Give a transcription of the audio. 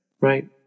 Right